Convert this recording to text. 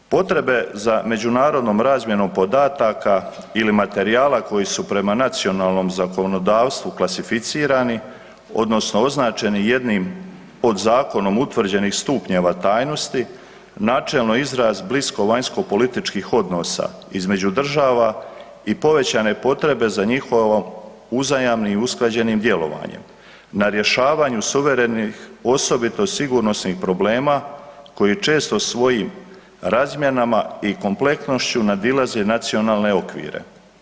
Potrebe za međunarodnom razmjenom podataka ili materijala koji su prema nacionalnom zakonodavstvu klasificirani odnosno označeni jednim pod zakonom utvrđenih stupnjeva tajnosti, načelno izraz blisko vanjsko-političkih odnosa između država i povećane potrebe za njihovim uzajamnim i usklađenim djelovanjem na rješavanju suverenih osobito sigurnosnih problema koji često svojim razmjenama i kompletnošću nadilaze nacionalne okvire.